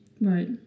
right